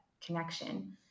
connection